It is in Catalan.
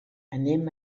anem